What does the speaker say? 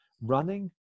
running